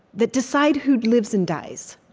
that decide who lives and dies?